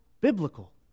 biblical